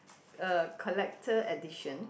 uh collector edition